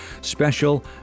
special